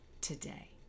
today